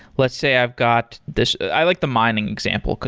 let's say i've got this i like the mining example,